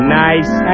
nice